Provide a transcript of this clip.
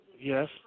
Yes